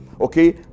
Okay